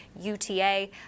UTA